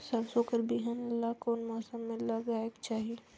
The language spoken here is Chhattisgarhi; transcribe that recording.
सरसो कर बिहान ला कोन मौसम मे लगायेक चाही?